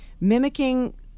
mimicking